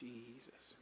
Jesus